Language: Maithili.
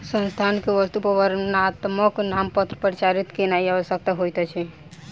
संस्थान के वस्तु पर वर्णात्मक नामपत्र प्रचारित केनाई आवश्यक होइत अछि